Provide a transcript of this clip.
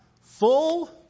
full